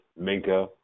Minka